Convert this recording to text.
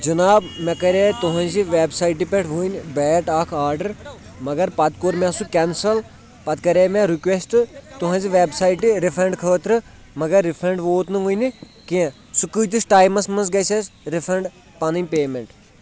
جِناب مےٚ کَرے تُہنٛزِ وٮ۪بسایٹہِ پٮ۪ٹھ وٕنۍ بیٹ اَکھ آرڈر مگر پَتہٕ کوٚر مےٚ سُہ کٮ۪نسَل پَتہٕ کَرے مےٚ رِکوٮ۪سٹ تُہٕنٛزِ وٮ۪بسایٹہِ رِفَنٛڈ خٲطرٕ مگر رِفنٛڈ ووت نہٕ وٕنہِ کینٛہہ سُہ کۭتِس ٹایمَس منٛز گژھٮ۪س رِفَنٛڈ پَنٕنۍ پیمٮ۪نٛٹ